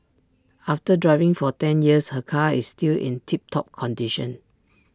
after driving for ten years her car is still in tip top condition